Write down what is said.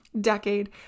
decade